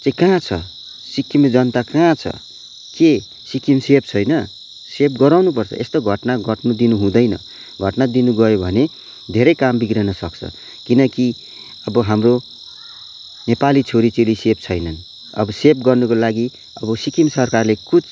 चाहिँ कहाँ छ सिक्किमे जनता कहाँ छ के सिक्किम सेफ छैन सेफ गराउनुपर्छ यस्तो घटना घट्नु दिनुहुँदैन घटना दिनु गयो भने धेरै काम बिग्रिनसक्छ किनकि अब हाम्रो नेपाली छोरी चेली सेफ छैनन् अब सेफ गर्नुको लागि अब सिक्किम सरकारले कुछ